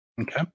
okay